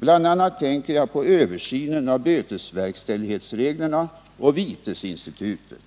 Bl.a. tänker jag på översynen av bötesverkställighetsreglerna och vitesinstitutet.